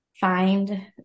find